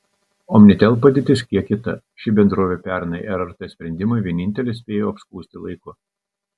omnitel padėtis kiek kita ši bendrovė pernai rrt sprendimą vienintelė spėjo apskųsti laiku